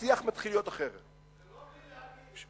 השיח מתחיל להיות אחר, זה לא בלי להרגיש.